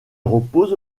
repose